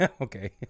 Okay